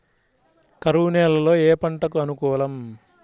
కరువు నేలలో ఏ పంటకు అనుకూలం?